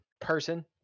person